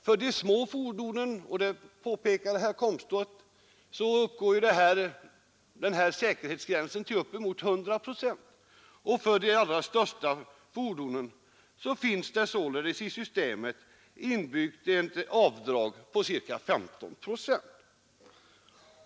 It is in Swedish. För de små fordonen — och det påpekade herr Komstedt — ligger säkerhetsgränsen upp emot 100 procent, och för de allra största fordonen finns det således i systemet inbyggt ett avdrag på ca 15 procent.